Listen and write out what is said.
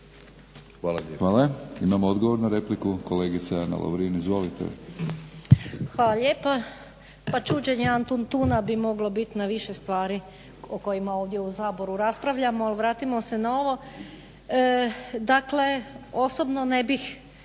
Hvala. Imamo odgovor na repliku, kolegica Ana Lovrin. Izvolite. **Lovrin, Ana (HDZ)** Hvala lijepa. Pa čuđenje Antuntuna bi moglo bit na više stvari o kojima ovdje u Saboru raspravljamo, ali vratimo se na ovo. Dakle osobno ne bih